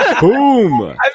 boom